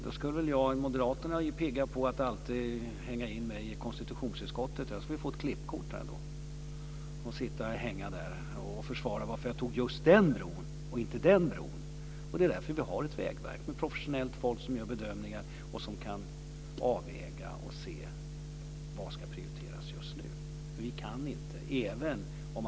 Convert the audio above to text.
Moderaterna är ju alltid pigga på att hänga in mig i konstitutionsutskottet, och då skulle jag väl få klippkort dit, sitta och hänga där och försvara varför jag tog just den bron och inte den bron. Det är därför vi har ett vägverk med professionellt folk som gör bedömningar och kan avväga och se vad som ska prioriteras just nu.